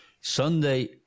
Sunday